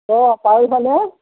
অ পাৰিবানে